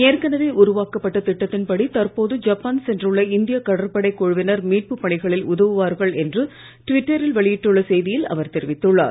ஏற்கனவே உருவாக்கப்பட்ட திட்டத்தின்படி தற்போது ஜப்பான் சென்றுள்ள இந்திய கடற்படை குழுவினர் மீட்பு பணிகளில் உதவுவார்கள் என்று ட்விட்டரில் வெளியிட்டுள்ள செய்தியில் அவர் தெரிவித்துள்ளார்